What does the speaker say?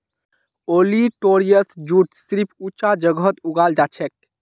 olitorius jute सिर्फ ऊंचा जगहत उगाल जाछेक